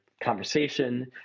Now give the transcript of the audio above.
conversation